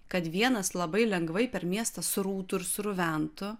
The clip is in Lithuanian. kad vienas labai lengvai per miestą srūtų ir sruventų